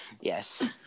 Yes